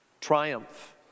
triumph